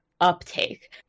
uptake